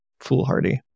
foolhardy